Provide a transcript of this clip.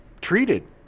treated